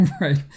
right